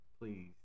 please